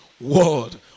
world